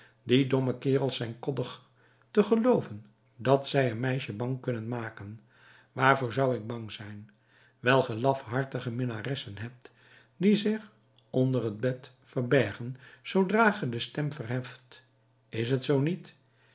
die domme kerels zijn koddig te gelooven dat zij een meisje bang kunnen maken waarvoor zou ik bang zijn wijl ge lafhartige minnaressen hebt die zich onder het bed verbergen zoodra ge de stem verheft is t zoo niet